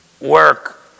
work